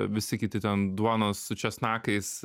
visi kiti ten duonos su česnakais